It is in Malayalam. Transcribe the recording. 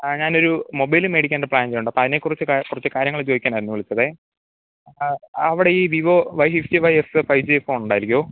ആ ഞാനൊരു മൊബൈല് മേടിക്കാന് ഒരു പ്ലാൻ ചെയ്യുന്നുണ്ട് അപ്പോൾ അതിനെ കുറിച്ച് ഒക്കെ കുറച്ച് കാര്യങ്ങള് ചോദിക്കാനായിരുന്നു വിളിച്ചത് അവിടെ ഈ Vivo Y V fifty five S five G phone ഉണ്ടായിരിക്കുമോ